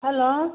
hello